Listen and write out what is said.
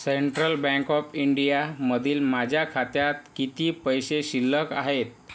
सेंट्र ल bank of इंडियामधील माझ्या खात्यात किती पैसे शिल्लक आहेत